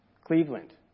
Cleveland